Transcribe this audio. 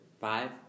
five